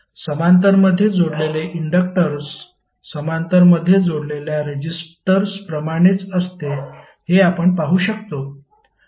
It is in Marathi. समांतरमध्ये जोडलेले इंडक्टर्स समांतरमध्ये जोडलेल्या रेजिस्टर्स प्रमाणेच असते हे आपण पाहू शकतो